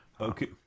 Okay